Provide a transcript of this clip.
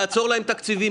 לעצור להם תקציבים.